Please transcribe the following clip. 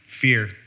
fear